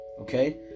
Okay